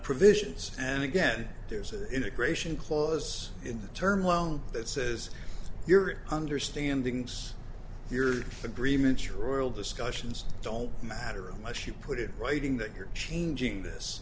provisions and again there's an integration clause in the term loan that says your understanding it's your agreements royal discussions don't matter unless you put it in writing that you're changing this